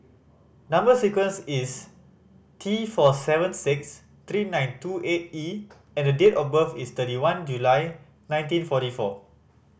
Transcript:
number sequence is T four seven six three nine two eight E and the date of birth is thirty one July nineteen forty four